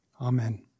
Amen